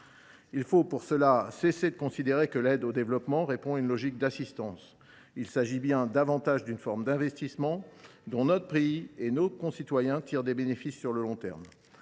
Il faut pour cela cesser de considérer que l’aide au développement répond à une logique d’assistance. Il s’agit bien davantage d’une forme d’investissement dont notre pays et nos concitoyens tirent des bénéfices sur le long terme.